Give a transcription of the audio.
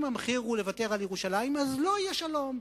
אם המחיר הוא לוותר על ירושלים, לא יהיה שלום.